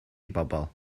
bobol